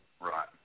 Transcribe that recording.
Right